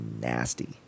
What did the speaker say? nasty